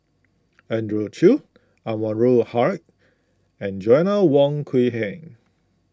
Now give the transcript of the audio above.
Andrew Chew Anwarul Haque and Joanna Wong Quee Heng